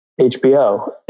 HBO